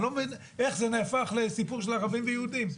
אני לא מבין איך זה נהפך לסיפור של ערבים ויהודים.